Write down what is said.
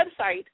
website